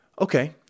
Okay